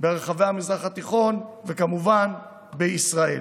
ברחבי המזרח התיכון, וכמובן בישראל.